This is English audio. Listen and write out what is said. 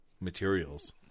materials